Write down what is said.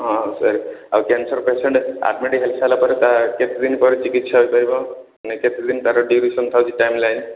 ହଁ ସାର୍ ଆଉ cancer patient admit ହେଇ ସାରିଲା ପରେ ତା କେତେ ଦିନ ପରେ ଚିକିତ୍ସା ହୋଇ ପାରିବ କେତେ ଦିନ ତା'ର ଡ୍ୟୁରେସନ ଥାଉଛି ଟାଇମ୍ ଲାଇନ୍